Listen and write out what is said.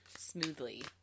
Smoothly